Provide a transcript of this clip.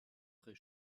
très